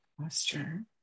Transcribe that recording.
posture